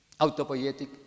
autopoietic